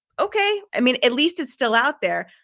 okay, i mean, at least it's still out there.